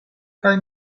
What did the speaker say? kaj